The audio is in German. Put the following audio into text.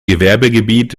gewerbegebiet